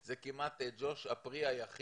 ג'וש, זה כמעט הפרי היחיד